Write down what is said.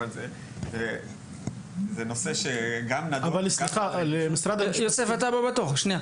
אבל זה נושא שגם נדון --- אני לא